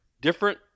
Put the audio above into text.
Different